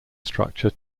structure